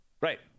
Right